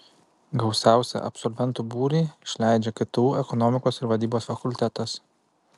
gausiausią absolventų būrį išleidžia ktu ekonomikos ir vadybos fakultetas